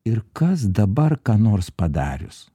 ir kas dabar ką nors padarius